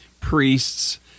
priests